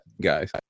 guys